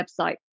website